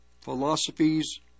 philosophies